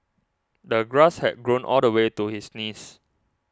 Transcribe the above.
the grass had grown all the way to his knees